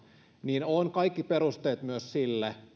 niin on kaikki perusteet myös sille